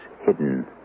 hidden